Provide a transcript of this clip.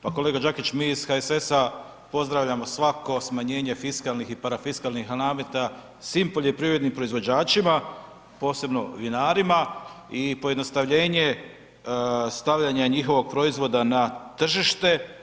Pa kolega Đakić, mi iz HSS-a pozdravljamo svako smanjenje fiskalnih i parafiskalnih nameta svim poljoprivrednim proizvođačima, posebno vinarima i pojednostavljenje stavljanja njihovog proizvoda na tržište.